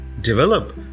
develop